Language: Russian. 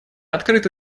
открыты